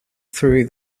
through